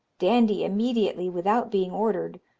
dandie immediately, without being ordered,